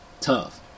Tough